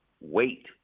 wait